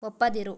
ಒಪ್ಪದಿರು